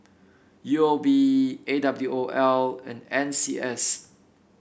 U O B A W O L and N C S